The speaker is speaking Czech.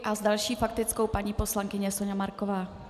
S další faktickou paní poslankyně Soňa Marková.